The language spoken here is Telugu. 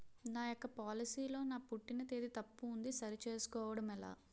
నా యెక్క పోలసీ లో నా పుట్టిన తేదీ తప్పు ఉంది సరి చేసుకోవడం ఎలా?